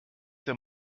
der